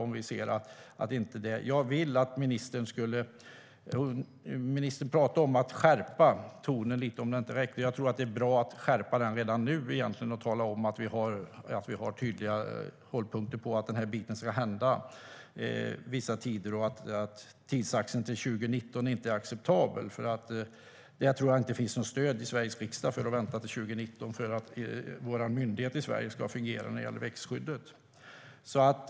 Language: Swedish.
Ministern talar om att skärpa tonen lite om detta inte räcker, och jag tror att det vore bra att skärpa den redan nu och tala om att vi har tydliga hållpunkter för när den här biten ska hända samt att tidsaxeln till 2019 inte är acceptabel. Jag tror inte att det finns något stöd i Sveriges riksdag för att vänta till 2019 på att den myndighet vi har i Sverige när det gäller växtskyddet ska fungera.